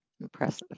impressive